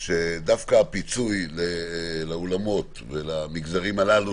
שדווקא הפיצוי לאולמות ולמגזרים הללו,